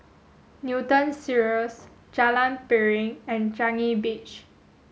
Newton Cirus Jalan Piring and Changi Beach